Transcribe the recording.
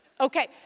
Okay